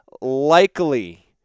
likely